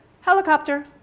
helicopter